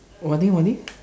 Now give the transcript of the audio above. oh what thing what thing